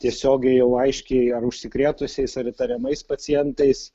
tiesiogiai jau aiškiai ar užsikrėtusiais ar įtariamais pacientais